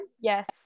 Yes